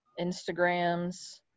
Instagrams